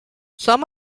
some